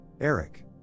Eric